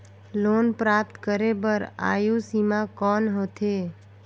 Loan प्राप्त करे बर आयु सीमा कौन होथे?